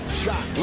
shot